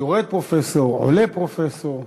יורד פרופסור, עולה פרופסור.